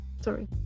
sorry